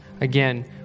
Again